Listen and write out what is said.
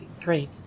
great